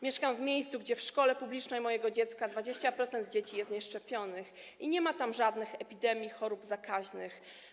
Mieszkam w miejscu, gdzie w szkole publicznej mojego dziecka 20% dzieci jest nieszczepionych i nie ma tam żadnych epidemii chorób zakaźnych.